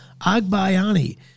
Agbayani